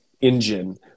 engine